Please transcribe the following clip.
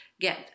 get